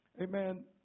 Amen